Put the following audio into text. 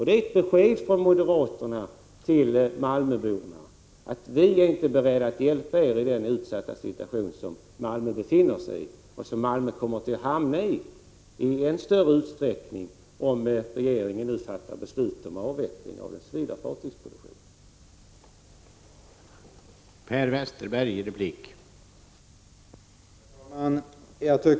Det är ett besked till malmöborna att moderaterna inte är beredda att hjälpa dem i den utsatta situation som Malmö befinner sig i och som kommer att bli än värre, om regeringen nu fattar beslut om avveckling av den civila fartygsproduktionen vid Kockums.